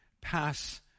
pass